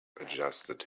adjusted